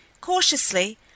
Cautiously